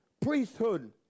priesthood